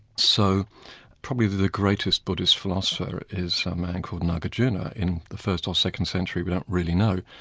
so probably the greatest buddhist philosopher is a man called nagarjuna in the first or second century, we don't really know,